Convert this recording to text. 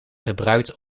gebruikt